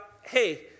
hey